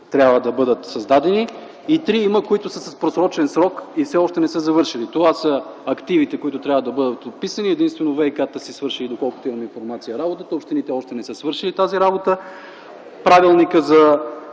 трябва да бъдат създадени и има три, които са с просрочен срок и все още не са завършени. Това са активите, които трябва да бъдат подписани и единствено ВиК-тата са си свършили работата, доколкото имам информация, общините още не са свършили тази работа. Правилникът за